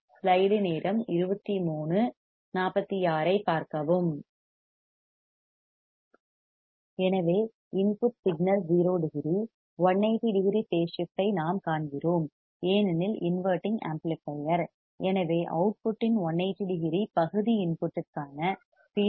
எனவே input signal 0 degree 180 degree phase shift ஐ நாம் காண்கிறோம் ஏனெனில் இன்வெர்ட்டிங் ஆம்ப்ளிபையர் எனவே அவுட்புட்டின் 180 டிகிரி பகுதி இன்புட்க்கான ஃபீட்பேக் ஆகும்